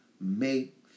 make